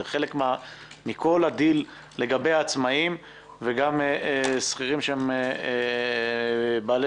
זה חלק מכל הדיל לגבי עצמאים וגם שכירים שהם בעלי